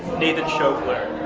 nathan schoeffler.